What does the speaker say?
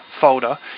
folder